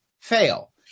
fail